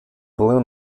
balloon